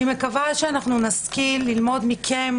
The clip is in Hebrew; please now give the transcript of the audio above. אני מקווה שאנחנו נשכיל ללמוד מכם,